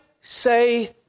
say